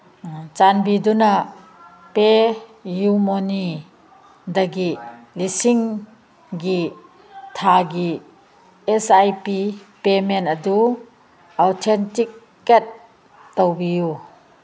ꯆꯥꯟꯕꯤꯗꯨꯅ ꯄꯦꯌꯨꯃꯅꯤꯗꯒꯤ ꯂꯤꯁꯤꯡꯒꯤ ꯊꯥꯒꯤ ꯑꯦꯁ ꯑꯥꯏ ꯄꯤ ꯄꯦꯃꯦꯟ ꯑꯗꯨ ꯑꯣꯊꯦꯟꯇꯤꯛꯀꯦꯠ ꯇꯧꯕꯤꯌꯨ